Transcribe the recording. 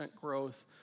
growth